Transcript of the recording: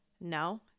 No